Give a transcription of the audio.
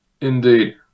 Indeed